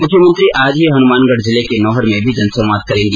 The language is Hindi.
मुख्यमंत्री आज ही हनुमानगढ़ जिले के नोहर में भी जनसंवाद करेंगी